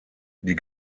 die